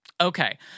okay